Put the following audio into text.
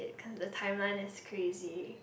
cause the timeline is crazy